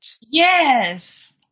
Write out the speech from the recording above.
Yes